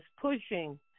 pushing